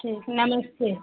ठीक नमस्ते